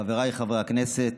חבריי חברי הכנסת,